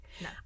no